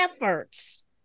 efforts